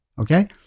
Okay